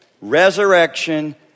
resurrection